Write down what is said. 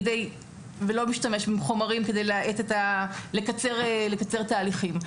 ולא משתמש בחומרים כדי לקצר תהליכים?